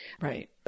Right